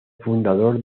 fundador